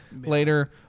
later